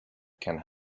can